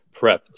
prepped